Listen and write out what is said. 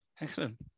Excellent